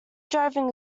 driving